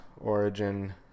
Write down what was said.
origin